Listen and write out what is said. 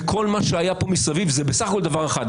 וכל מה שהיה פה מסביב זה בסך הכול דבר אחד,